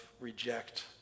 reject